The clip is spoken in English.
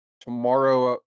tomorrow